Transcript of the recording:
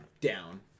down